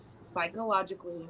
Psychologically